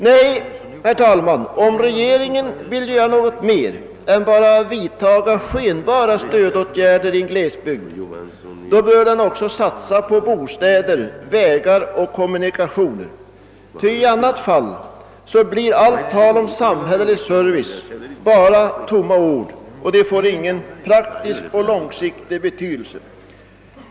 Nej, herr talman, om regeringen vill göra något mer än bara vidta skenbara stödåtgärder i en glesbygd, bör den satsa på bostäder, vägar och kommunikationer, ty i annat fall blir allt tal om samhällelig service bara tomma ord och får ingen praktisk och långsiktigt betydelse.